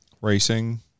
Racing